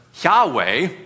Yahweh